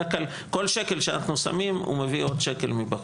בדרך כלל כל שקל שאנחנו שמים הוא מביא עוד שקל מבחוץ,